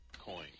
Coin